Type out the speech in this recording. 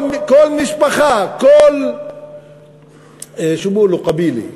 כל משפחה, שו בּיקולו קבּילה?